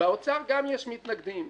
באוצר גם יש מתנגדים,